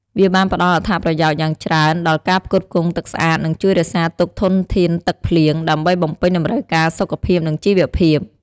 វាបានផ្តល់អត្ថប្រយោជន៍យ៉ាងច្រើនដល់ការផ្គត់ផ្គង់ទឹកស្អាត និងជួយរក្សាទុកធនធានទឹកភ្លៀង ដើម្បីបំពេញតម្រូវការសុខភាព និងជីវភាព។